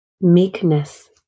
meekness